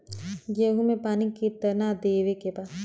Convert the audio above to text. गेहूँ मे पानी कितनादेवे के बा?